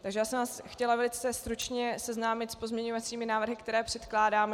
Takže já jsem vás chtěla velice stručně seznámit s pozměňovacími návrhy, které předkládám.